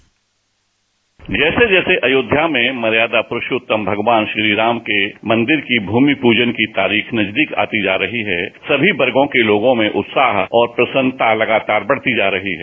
dispatch जैसे जैसे अयोध्या में मर्यादा पुरुषोत्तम भगवान श्री राम के मंदिर की भूमि पूजन की तारीख नजदीक आती जा रही है सभी वर्गो के लोगों में उत्साह और प्रसन्नता लगातार बढ़ती जा रही है